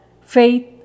faith